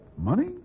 Money